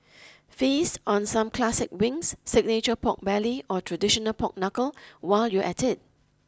feast on some classic wings signature pork belly or traditional pork knuckle while you're at it